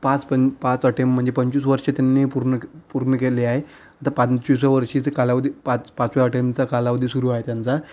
पाच पण पाच अटेम्प्ट म्हणजे पंचवीस वर्ष त्यांनी पूर्ण क पूर्ण केले आहे द पंचविसाव्या वर्षीचे कालावधी पाच पाचव्या अटेम्प्टचा कालावधी सुरू आहे त्यांचा